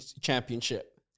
championship